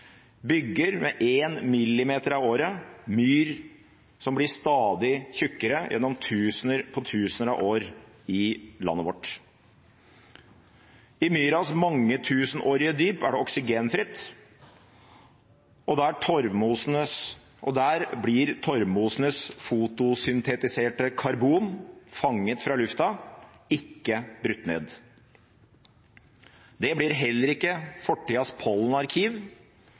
bygger – én millimeter i året – myr som blir stadig tykkere gjennom tusener på tusener av år i landet vårt. I myras mangetusenårige dyp er det oksygenfritt, og der blir torvmosenes fotosyntetiserte karbon, som er fanget fra lufta, ikke brutt ned. Det blir heller ikke fortidas